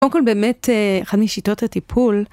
קודם כל, באמת, אחת משיטות הטיפול...